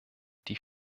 die